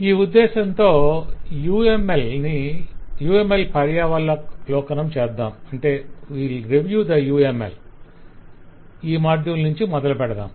ఈ ఉద్దేశంతో UML పర్యావలోకనం ఈ మాడ్యుల్ నుంచి మొదలుపెడదాం